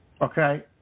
Okay